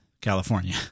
California